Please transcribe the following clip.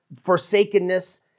forsakenness